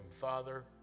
Father